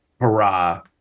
hurrah